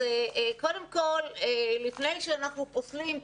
לפני שאנחנו פוסלים,